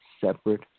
separate